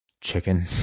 chicken